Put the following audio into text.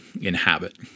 inhabit